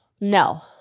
No